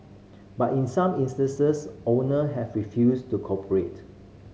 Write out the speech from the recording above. but in some instances owner have refused to cooperate